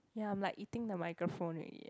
ya I'm like eating the microphone already eh